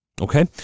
Okay